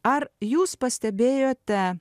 ar jūs pastebėjote